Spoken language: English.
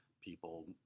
people